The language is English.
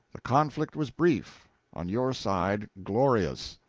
the conflict was brief on your side, glorious.